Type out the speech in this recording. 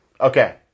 Okay